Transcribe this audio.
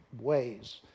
ways